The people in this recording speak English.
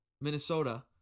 Minnesota